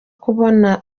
kubona